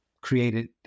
created